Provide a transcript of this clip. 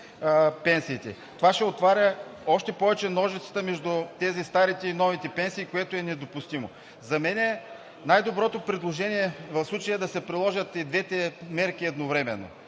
пенсиите. Това още повече ще отваря ножицата между старите и новите пенсии, което е недопустимо. За мен най-доброто предложение в случая е да се приложат и двете мерки едновременно.